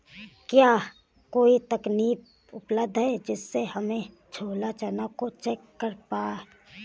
क्या कोई तकनीक उपलब्ध है जिससे हम छोला चना को चेक कर पाए?